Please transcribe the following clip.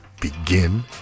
begin